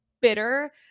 bitter